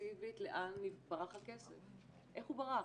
אינטנסיבית לאן ברח הכסף, איך הוא ברח.